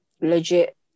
legit